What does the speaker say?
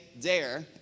Dare